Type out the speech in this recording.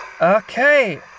Okay